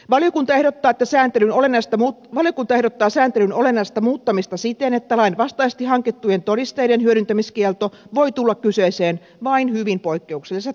valiokunta ehdottaa sääntelyn olennaista muut voitot ehdottaa sääntelyn olennaista muuttamista siten että lainvastaisesti hankittujen todisteiden hyödyntämiskielto voi tulla kyseeseen vain hyvin poikkeuksellisessa tilanteessa